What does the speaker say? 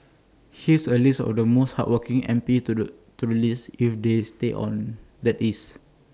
here's A list of the most hardworking M P to the to the least if they stay on that is